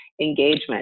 engagement